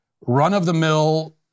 run-of-the-mill